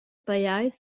pajais